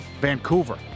Vancouver